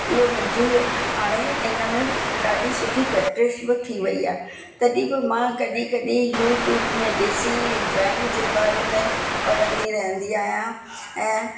इहो मुंहिंजे हाणे इन में ॾाढी सुठे प्रैक्टिस बि थी वई आहे कॾहिं बि मां कॾी यूट्यूब में ॾिसी ड्राइंग जे बारे में पढंदी रहंदी आहियां ऐं